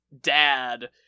dad